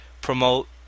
promote